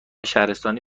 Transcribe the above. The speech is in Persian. شهرستانی